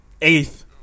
Eighth